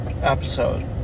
episode